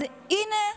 אז הינה,